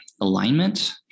alignment